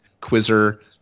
quizzer